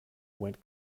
went